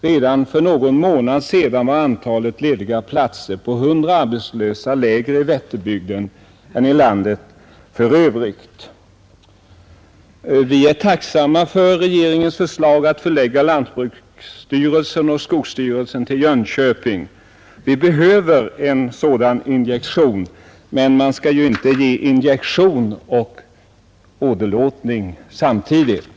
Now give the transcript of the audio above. Redan för någon månad sedan var antalet lediga platser per 100 arbetslösa mindre i Vätterbygden än i landet i övrigt. Vi är tacksamma för regeringens förslag att förlägga lantbruksstyrelsen och skogsstyrelsen till Jönköping. Vi behöver en sådan injektion. Men man skall ju inte ge injektion och göra åderlåtning samtidigt.